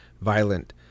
violent